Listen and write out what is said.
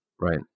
Right